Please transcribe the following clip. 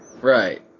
Right